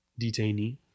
detainee